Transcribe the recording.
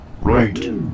Right